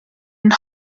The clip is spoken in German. den